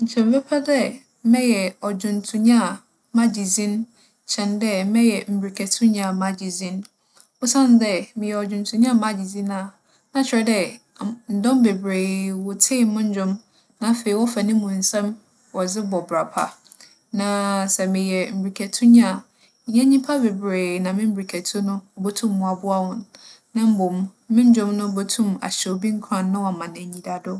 Nkyɛ mebɛpɛ dɛ mɛyɛ ͻdwontownyi a magye dzin kyɛn dɛ mɛyɛ mbirikatunyi a magye dzin. Osiandɛ, meyɛ ͻdwontownyi a magye dzin a, na kyerɛ dɛ ndͻm beberee wotsie mo ndwom, na afei wͻfa no mu nsɛm wͻdze bͻ bra pa. Na sɛ meyɛ mbirikatunyi a, nnyɛ nyimpa beberee na me mbirikatu no, obotum aboa hͻn. Na mbom, mo ndwom no botum ahyɛ obi nkuran na ͻaama no enyidado.